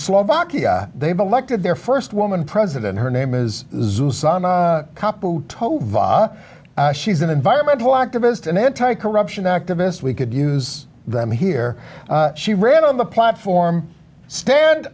slovakia they've elected their first woman president her name is zeus sama caputo she's an environmental activist an anti corruption activist we could use them here she ran on the platform stand